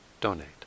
donate